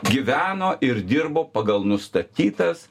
gyveno ir dirbo pagal nustatytas